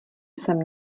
sem